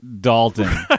Dalton